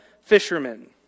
fishermen